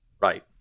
Right